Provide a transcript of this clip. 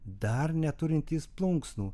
dar neturintys plunksnų